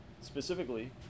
specifically